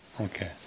Okay